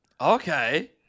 Okay